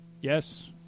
Yes